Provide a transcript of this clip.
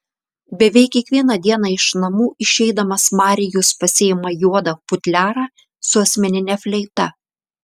beveik kiekvieną dieną iš namų išeidamas marijus pasiima juodą futliarą su asmenine fleita